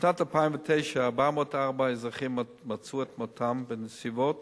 בשנת 2009, 404 אזרחים מצאו את מותם בנסיבות